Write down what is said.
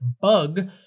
BUG